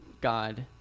God